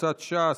קבוצת סיעת ש"ס,